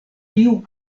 tiu